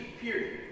period